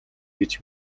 гэж